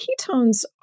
ketones